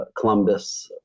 Columbus